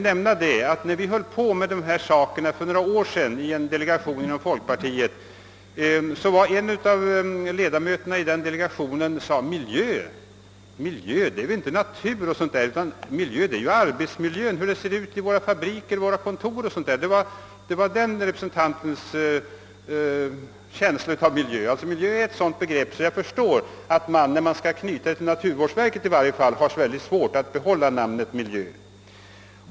När en folkpartidelegation för några år sedan höll på med dessa frågor sade en av ledamöterna, att mil jö väl inte är natur o.d. utan arbets: miljö, d.v.s. hur det ser ut i våra fabriker, på våra kontor o.s.v. Det var alltså den personens uppfattning om miljö. Miljö är ett sådant begrepp att jag förstår att man, åtminstone när det skall knytas till naturvårdsverket, har mycket svårt att behålla namnet » miljö».